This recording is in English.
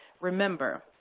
remember,